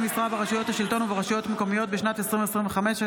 משרה ברשויות השלטון וברשויות מקומיות בשנת 2025),